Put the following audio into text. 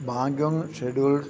Bangkok schedule